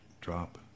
drop